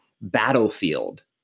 battlefield